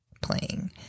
playing